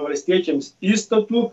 valstiečiams įstatų